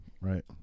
Right